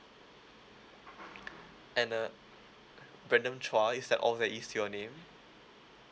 and uh brandon chua is that all that is your name